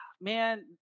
man